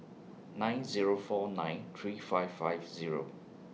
nine Zero four nine three five five Zero